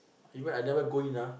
even I never go in ah